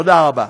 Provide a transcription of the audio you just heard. תודה רבה.